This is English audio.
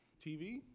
TV